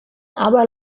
aber